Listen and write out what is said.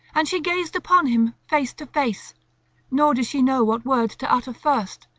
and she gazed upon him face to face nor did she know what word to utter first,